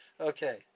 Okay